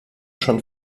schon